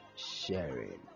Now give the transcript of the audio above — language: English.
sharing